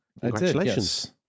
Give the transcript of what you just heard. Congratulations